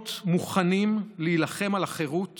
להיות מוכנים להילחם על החירות